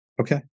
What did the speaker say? Okay